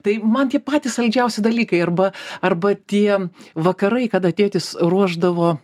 tai man tie patys saldžiausi dalykai arba arba tie vakarai kada tėtis ruošdavo